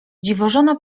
dziwożona